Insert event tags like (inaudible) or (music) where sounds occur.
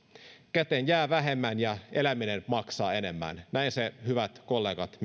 käteen jää vähemmän ja eläminen maksaa enemmän näin se hyvät kollegat (unintelligible)